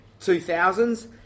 2000s